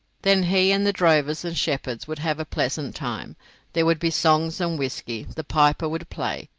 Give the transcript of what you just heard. then he and the drovers and shepherds would have a pleasant time there would be songs and whisky, the piper would play,